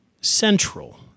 Central